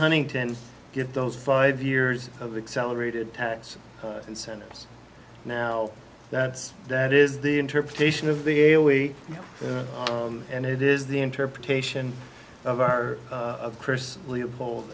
huntington get those five years of accelerated tax incentives now that's that is the interpretation of the elite and it is the interpretation of our curse leopold